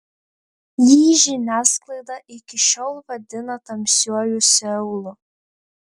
jį žiniasklaida iki šiol vadina tamsiuoju seulu